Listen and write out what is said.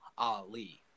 Ali